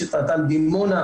יש את אט"ן דימונה,